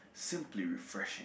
simply refreshing